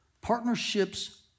Partnerships